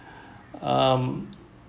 um